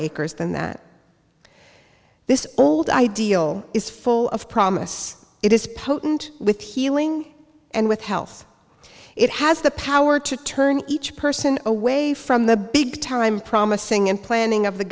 acres than that this old ideal is full of promise it is potent with healing and with health it has the power to turn each person away from the big time promising and planning of the